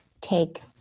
take